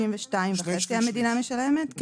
62.5 המדינה משלמת.